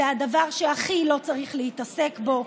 זה הדבר שהכי לא צריך להתעסק בו.